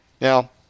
Now